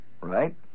right